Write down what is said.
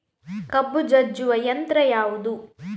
ಕಬ್ಬು ಜಜ್ಜುವ ಯಂತ್ರ ಯಾವುದು?